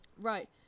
Right